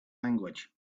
language